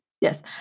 Yes